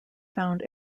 found